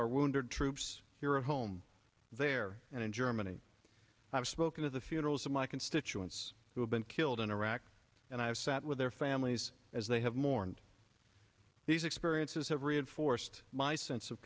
our wounded troops here at home there and in germany i've spoken at the funerals of my constituents who have been killed in iraq and i've sat with their families as they have mourned these experiences have reinforced my sense of